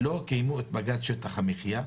לא קיימו את בג"צ שטח המחיה,